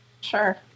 sure